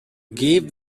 give